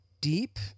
deep